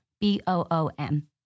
B-O-O-M